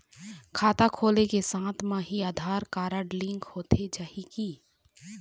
खाता खोले के साथ म ही आधार कारड लिंक होथे जाही की?